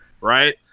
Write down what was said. Right